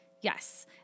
Yes